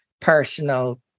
personal